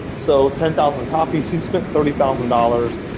so ten thousand copies, he and spent thirty thousand dollars.